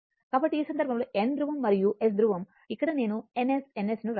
కాబట్టి ఈ సందర్భంలో N ధృవం మరియు S ధృవం ఇక్కడ నేను N S N S ను వ్రాశాను